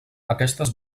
aquestes